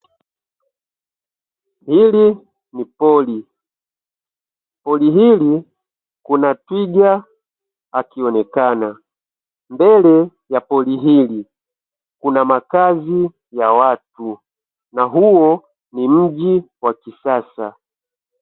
Hili ni pori, pori hili kuna twiga akionekana mbele ya pori hii kuna makazi ya watu na huo ni mji wa kisasa.